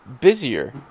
busier